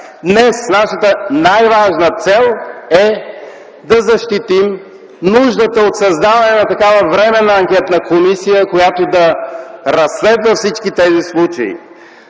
Днес нашата най-важна цел е да защитим нуждата от създаване на такава временна анкетна комисия, която да разследва всички тези случаи.